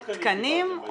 יואב, כמה תקנים קיבלתם?